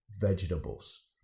Vegetables